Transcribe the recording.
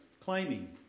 claiming